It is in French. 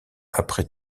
après